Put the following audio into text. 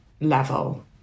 level